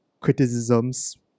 criticisms